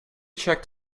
checked